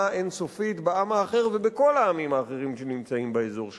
אין-סופית בעם האחר ובכל העמים האחרים שנמצאים באזור שלנו.